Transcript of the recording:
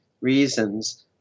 reasons